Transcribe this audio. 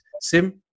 Sim